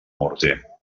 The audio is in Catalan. morter